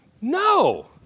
No